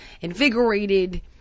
invigorated